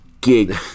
gig